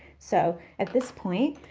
so, at this point,